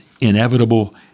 inevitable